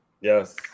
yes